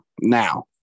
Now